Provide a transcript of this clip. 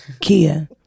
Kia